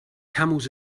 camels